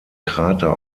krater